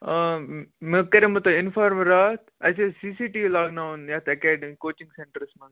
آ مےٚ کَریمو تۄہہِ اِنفارَم راتھ اَسہِ ٲسۍ سی سی ٹی وی لاگناوُن یَتھ کوچِنگ سٮ۪نٹَرَس منٛز